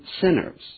sinners